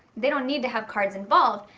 they don't need to have cards involved,